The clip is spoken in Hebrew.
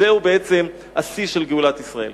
שזהו בעצם השיא של גאולת ישראל.